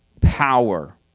power